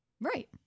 right